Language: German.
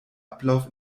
ablauf